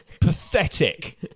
Pathetic